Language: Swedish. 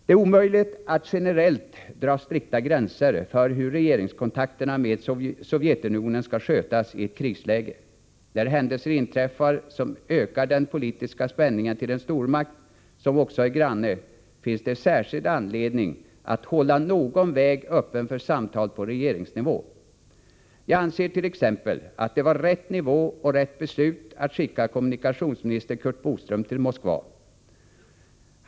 Det är omöjligt att generellt dra strikta gränser för hur regeringskontakterna med Sovjetunionen skall skötas i ett krisläge. När händelser inträffar som ökar den politiska spänningen till en stormakt som också är granne, finns det särskild anledning att hålla någon väg öppen för samtal på regeringsnivå. Jag anser t.ex. att det var rätt nivå och rätt beslut att skicka kommunikationsmi | nister Curt Boström till Moskva.